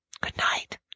Good-night